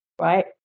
right